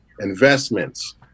investments